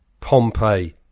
Pompeii